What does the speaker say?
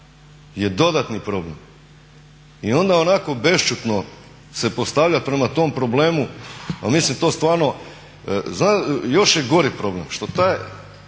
je dodatni problem. I onda onako bešćutno se postavljati prema tom problemu pa mislim to stvarno. Još je gori problem što cijela